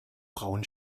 braun